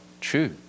true